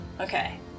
Okay